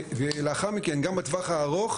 ולאחר מכן גם בטווח הארוך,